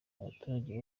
abaturage